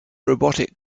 robotic